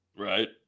Right